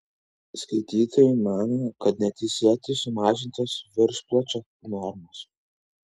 skaitytojai mano kad neteisėtai sumažintos viršpločio normos